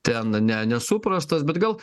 ten ne nesuprastas bet gal